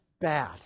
bad